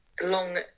long